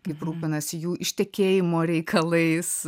kaip rūpinasi jų ištekėjimo reikalais